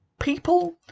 people